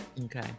Okay